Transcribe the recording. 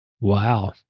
Wow